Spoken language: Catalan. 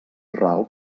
ral